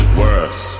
worse